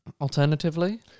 Alternatively